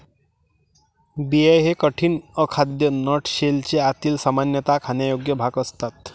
बिया हे कठीण, अखाद्य नट शेलचे आतील, सामान्यतः खाण्यायोग्य भाग असतात